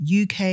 UK